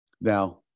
Now